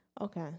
Okay